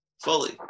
fully